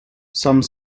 some